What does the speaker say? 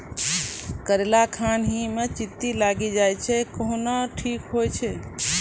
करेला खान ही मे चित्ती लागी जाए छै केहनो ठीक हो छ?